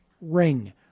ring